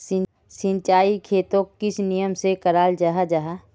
सिंचाई खेतोक किस नियम से कराल जाहा जाहा?